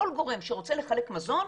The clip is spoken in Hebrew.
כל גורם שרוצה לחלק מזון,